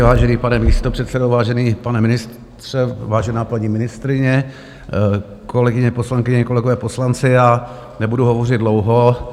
Vážený pane místopředsedo, vážený pane ministře, vážená paní ministryně, kolegyně poslankyně, kolegové poslanci, nebudu hovořit dlouho.